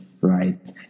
right